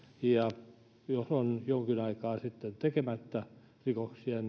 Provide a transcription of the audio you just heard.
ja jos on sitten jonkin aikaa tekemättä rikoksia